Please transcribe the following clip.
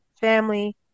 family